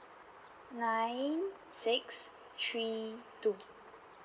nine six three two